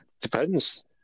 Depends